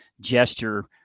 gesture